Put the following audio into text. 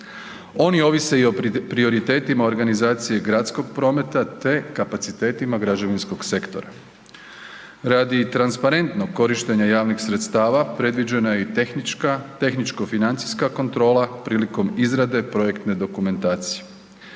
Oni ovise i o prioritetima organizacije gradskog prometa, te kapacitetima građevinskog sektora. Radi transparentnog korištenja javnih sredstava predviđena je i tehnička, tehničko-financijska kontrola prilikom izrade projektne dokumentacije.